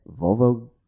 Volvo